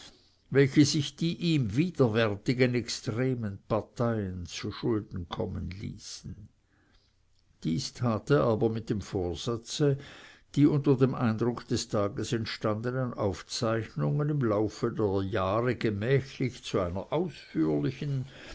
welche sich die ihm widerwärtigen extremen parteien zuschulden kommen ließen dies tat er aber mit dem vorsatze die unter dem eindrucke des tages entstandenen aufzeichnungen im laufe der jahre gemächlich zu einer ausführlichen